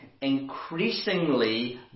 increasingly